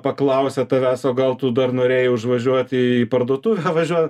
paklausia tavęs o gal tu dar norėjai užvažiuoti į į parduotuvę važiuot